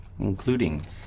including